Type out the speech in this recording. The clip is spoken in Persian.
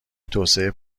توسعه